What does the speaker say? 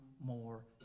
more